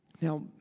Now